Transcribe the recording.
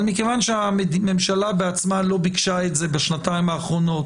אבל מכיוון שהממשלה בעצמה לא ביקשה את זה בשנתיים האחרונות